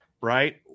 Right